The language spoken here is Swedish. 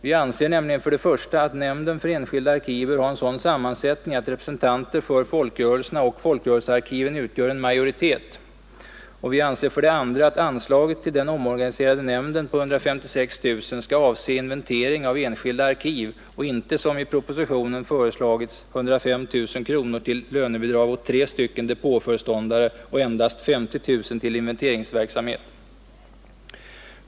Vi anser nämligen för det första, att nämnden för enskilda arkiv bör ha en sådan sammansättning att representanter för folkrörelserna och folkrörelsearkiven utgör en majoritet, och för det andra, att anslaget till den omorganiserade nämnden på 156 000 kronor skall avse inventering av enskilda arkiv och inte, som i propositionen föreslagits, utgå med 105 000 kronor till lönebidrag åt tre depåföreståndare och med endast 51 000 kronor till inventeringsverksamhet.